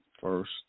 first